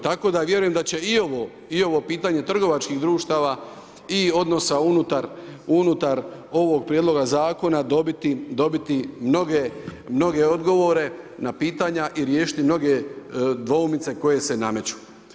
Tako da vjerujem da će i ovo pitanje trgovačkih društava i odnosa unutar ovog prijedlog zakona dobiti mnoge odgovore na pitanja i riješiti mnoge dvoumice koje se nameću.